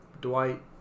Dwight